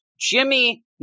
Jimmy